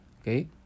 Okay